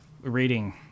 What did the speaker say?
reading